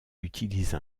utilise